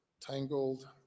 tangled